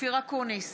אופיר אקוניס,